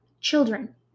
Children